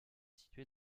située